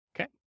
okay